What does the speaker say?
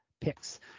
picks